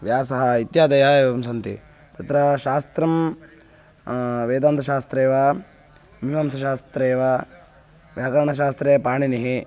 व्यासः इत्यादयः एवं सन्ति तत्र शास्त्रं वेदान्तशास्त्रे वा मीमांसशास्त्रे वा व्याकरणशास्त्रे पाणिनिः